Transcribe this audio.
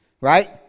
Right